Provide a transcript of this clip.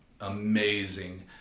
amazing